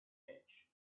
edge